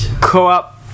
co-op